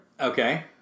Okay